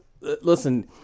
listen